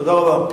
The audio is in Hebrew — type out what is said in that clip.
תודה רבה.